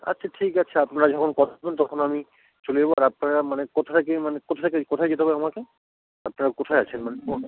আচ্ছা ঠিক আছে আপনারা যখন তখন আমি চলে যাবো আর আপনারা মানে কোথা থেকে মানে কোথা থেকে কোথায় যেতে হবে আমাকে আপনারা কোথায় আছেন মানে কোন